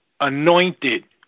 anointed